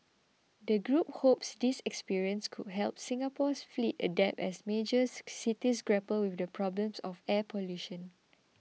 the group hopes this experience could help Singapore's fleet adapt as major cities grapple with the problems of air pollution